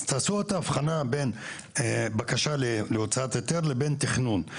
תעשו את ההבחנה בין בקשה להוצאת היתר לבין תכנון.